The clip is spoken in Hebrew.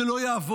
זה לא יעבוד.